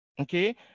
Okay